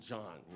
John